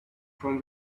from